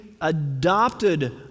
adopted